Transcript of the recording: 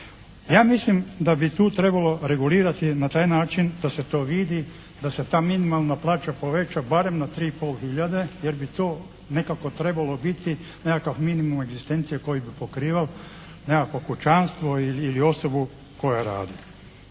Ja mislim da bi tu trebalo regulirati na taj način da se to vidi, da se ta minimalna plaća poveća barem na 3 i pol hiljade jer bi to nekako trebalo biti nekakav minimum egzistencije koji bi pokrival nekakvo kućanstvo ili osobu koja radi.